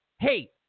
hey